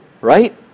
right